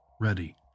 ready